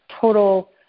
total